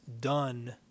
done